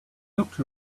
looked